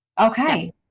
Okay